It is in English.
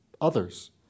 others